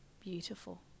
beautiful